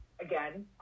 again